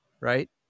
right